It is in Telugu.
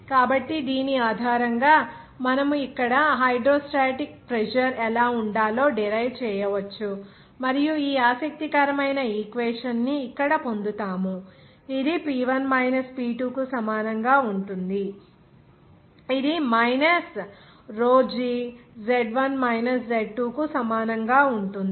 కాబట్టి దీని ఆధారంగా మనం ఇక్కడ హైడ్రోస్టాటిక్ ప్రెజర్ ఎలా ఉండాలో డిరైవ్ చేయవచ్చు మరియు ఈ ఆసక్తికరమైన ఈక్వేషన్ ని ఇక్కడ పొందాము ఇది P1 మైనస్ P2 కు సమానంగా ఉంటుందిఅది minus rho g Z1 minus Z2 కు సమానంగా ఉంటుంది